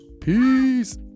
Peace